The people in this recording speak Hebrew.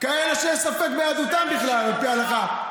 כאלה שיש ספק ביהדותם בכלל על פי ההלכה.